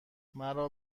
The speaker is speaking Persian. مرا